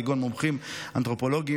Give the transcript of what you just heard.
כגון מומחים אנתרופולוגיים,